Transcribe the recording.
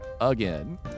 again